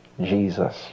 Jesus